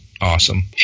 awesome